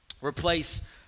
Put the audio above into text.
replace